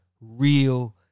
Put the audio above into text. real